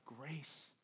grace